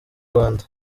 rwanda